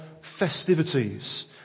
festivities